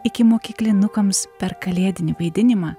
ikimokyklinukams per kalėdinį vaidinimą